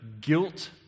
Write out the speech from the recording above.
guilt